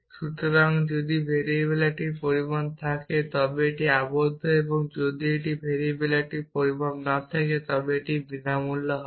সুতরাং যদি ভেরিয়েবলের একটি পরিমাণ থাকে তবে এটি আবদ্ধ এবং যদি একটি ভেরিয়েবলের একটি পরিমাণ না থাকে তবে এটি বিনামূল্যে হবে